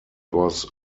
was